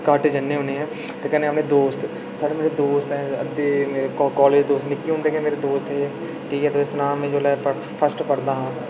घट्ट जन्ने होन्ने आं ते कन्नै दोस्त साढ़े बड़े दोस्त ऐ अद्धे मेरे कॉलेज दोस्त निक्के होंदे गै मेरे दोस्त हे ठीक ऐ तुसें ई सनांऽ जेल्लै में पढ़दा होंदा हा फर्स्ट पढ़दा हा अं'ऊ